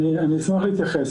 אני אשמח להתייחס.